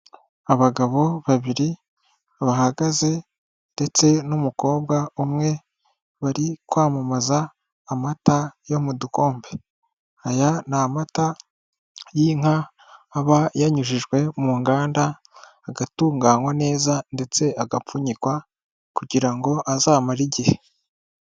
Abagabo babiri bahagaze ndetse n'umukobwa umwe, bari kwamamaza amata yo mu dukombe, aya ni amata y'inka aba yanyujijwe mu nganda agatunganywa neza ndetse agapfunyikwa kugirango azamare igihe.